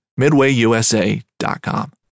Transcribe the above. MidwayUSA.com